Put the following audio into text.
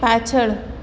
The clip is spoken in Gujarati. પાછળ